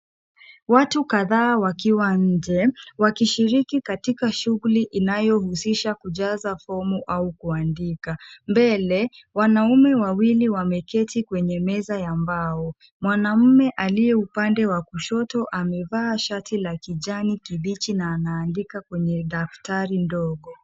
Watu kadhaa wakiwa nje wakishiriki katika shughuli inayohusisha kujaza fomu au kuandika. Mbele, wanaume wawili wameketi kwenye meza ya mbao. Mwanaume aliye upande wa kushoto amevaa shati la kijani kibichi na anaandika kwenye daftari ndogo.